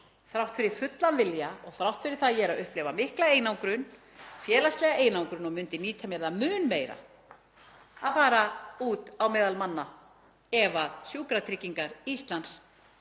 þrátt fyrir fullan vilja og þrátt fyrir að ég sé að upplifa mikla einangrun, félagslega einangrun, og myndi nýta mér það mun meira að fara út á meðal manna ef Sjúkratryggingar Íslands